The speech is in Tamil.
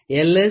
S L